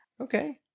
Okay